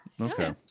Okay